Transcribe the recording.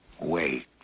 Wait